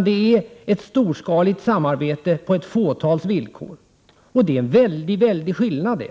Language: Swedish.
Det är ett storskaligt samarbete på ett fåtals villkor. Det är en väldig skillnad.